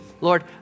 Lord